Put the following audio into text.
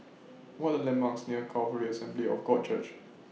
What Are The landmarks near Calvary Assembly of God Church